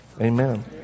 amen